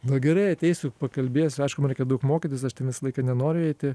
na gerai ateisiu pakalbėsiu aišku man reikia daug mokytis aš ten visą laiką nenoriu eiti